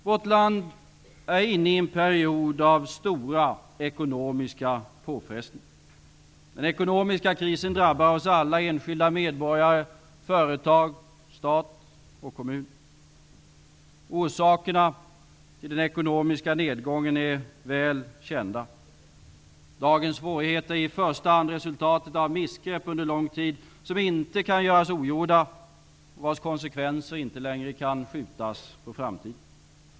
Vårt land är inne i en period av stora ekonomiska påfrestningar. Den ekonomiska krisen drabbar oss alla: enskilda medborgare, företag, stat och kommuner. Orsakerna till den ekonomiska nedgången är väl kända. Dagens svårigheter är i första hand resultatet av missgrepp under lång tid som inte kan göras ogjorda och vars konsekvenser inte längre kan skjutas på framtiden.